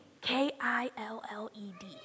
K-I-L-L-E-D